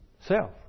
Self